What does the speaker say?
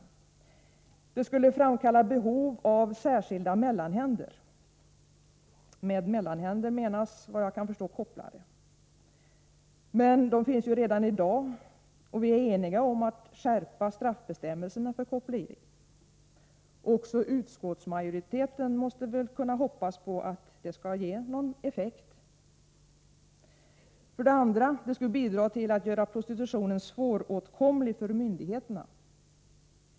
Det skulle framkalla behov av särskilda mellanhänder. — Med ”mellanhänder” menas, vad jag kan förstå, kopplare. Men de finns ju redan i dag, och vi är eniga om att skärpa straffbestämmelserna för koppleri. Också utskottsmajoriteten måste kunna hoppas på att det skall ge någon effekt. 2. Det skulle bidra till att göra prostitutionen svåråtkomlig för myndigheterna.